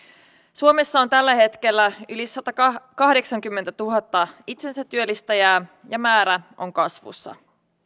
suomessa on tällä hetkellä yli satakahdeksankymmentätuhatta itsensätyöllistäjää ja määrä on kasvussa